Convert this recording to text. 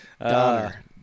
Donner